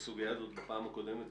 בסוגיה הזאת בפעם הקודמת,